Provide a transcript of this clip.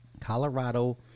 Colorado